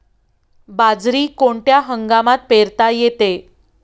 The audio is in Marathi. बाजरी कोणत्या हंगामात पेरता येते?